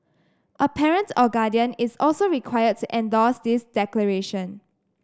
a parent or guardian is also requires endorse this declaration